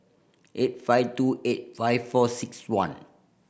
eight five two eight five four six one